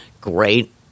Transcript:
great